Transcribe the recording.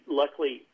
luckily